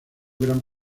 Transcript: gran